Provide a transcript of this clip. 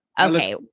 Okay